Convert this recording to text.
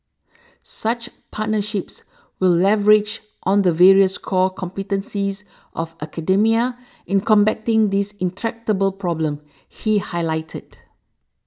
such partnerships will leverage on the various core competencies of academia in combating this intractable problem he highlighted